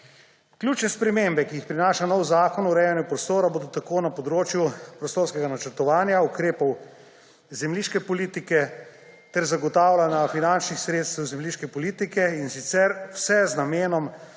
Ključne spremembe, ki jih prinaša nov zakon o urejanju prostora, bodo tako na področju prostorskega načrtovanja, ukrepov zemljiške politike ter zagotavljanja finančnih sredstev zemljiške politike, in sicer vse z namenom